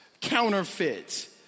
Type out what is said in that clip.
counterfeit